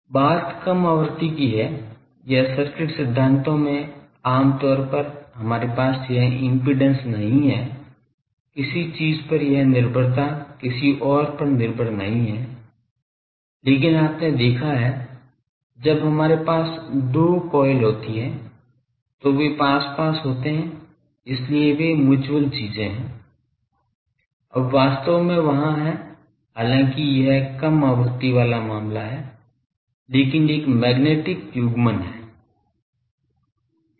बात कम आवृत्ति की है या सर्किट सिद्धांतों में आम तौर पर हमारे पास यह इम्पीडेन्स नहीं है किसी चीज पर यह निर्भरता किसी और पर निर्भर नहीं है लेकिन आपने देखा है जब हमारे पास दो कॉइल होती हैं तो वे पास पास होते हैं इसलिए वे म्यूच्यूअल चीजें है अब वास्तव में वहाँ हैं हालांकि यह कम आवृत्ति का मामला है लेकिन एक मैग्नेटिक युग्मन है